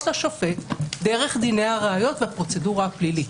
דרך דיני הראיות והפרוצדורה הפלילית.